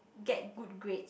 get good grades